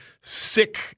sick